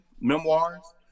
memoirs